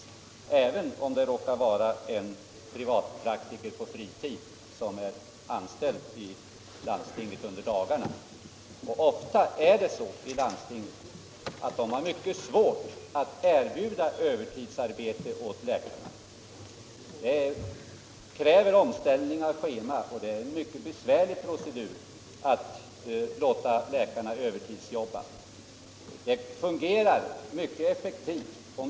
Vad fru Håvik diskuterar är däremot = anställd läkare med de förhandlingar som skall föras under 1976 med ett eventuellt förslag — privatpraktik att till 1976 års höstriksdag i avsikt att förslaget skall kunna förverkligas = ansluta sig till från år 1977.